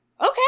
Okay